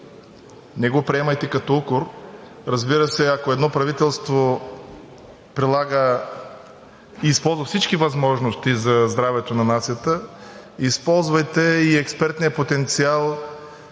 не го приемайте като укор, разбира се – ако едно правителство прилага и използва всички възможности за здравето на нацията, използвайте и експертния потенциал